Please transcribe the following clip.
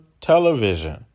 television